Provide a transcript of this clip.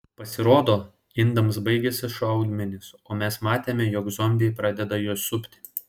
pasirodo indams baigėsi šaudmenys o mes matėme jog zombiai pradeda juos supti